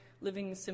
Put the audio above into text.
living